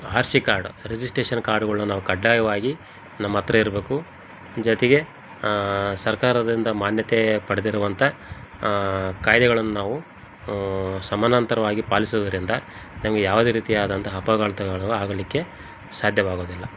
R C card registration ಕಾರ್ಡುಗಳನ್ನ ನಾವು ಕಡ್ಡಾಯವಾಗಿ ನಮ್ಮ ಹತ್ರ ಇರ್ಬೇಕು ಜೊತೆಗೆ ಸರ್ಕಾರದಿಂದ ಮಾನ್ಯತೆ ಪಡೆದಿರುವಂಥ ಕಾಯ್ದೆಗಳನ್ನು ನಾವು ಸಮನಂತರವಾಗಿ ಪಾಲಿಸುವುದ್ರಿಂದ ನಮ್ಗೆ ಯಾವುದೇ ರೀತಿಯಾದಂತಹ ಅಪಘಾತಗಳು ಆಗಲಿಕ್ಕೆ ಸಾಧ್ಯವಾಗೋದಿಲ್ಲ